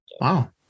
wow